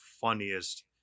funniest